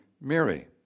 Mary